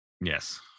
Yes